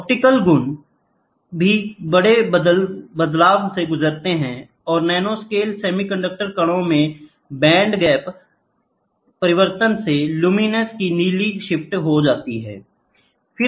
optical गुण भी बड़े बदलाव से गुजरती है नैनोस्केल सेमीकंडक्टर कणों में बैंड गैप परिवर्तन से ल्यूमिनसेंस की नीली शिफ्ट होती है